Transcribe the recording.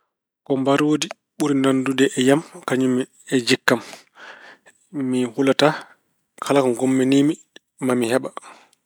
Ko mbaroondi ɓuri nanndude e yam kañum e jikku am. Mi hulataa. Kala ko ngummaniima, maa mi heɓa.